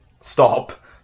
stop